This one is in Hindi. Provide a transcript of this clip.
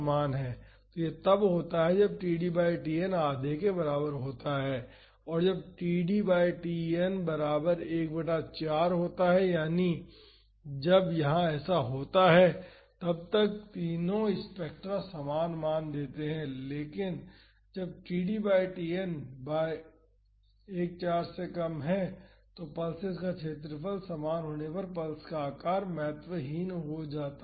तो यह तब होता है जब td बाई Tn आधे के बराबर होता है और जब td बाई Tn बराबर 1 बटा 4 होता है यानी जब यहां ऐसा होता है तब तक तीनों स्पेक्ट्रा समान मान देते हैं इसलिए जब td Tn बाई 4 से कम है तो पल्सेस का क्षेत्रफल समान होने पर पल्स का आकार महत्वहीन होता है